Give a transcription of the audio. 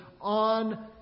on